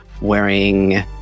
wearing